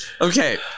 okay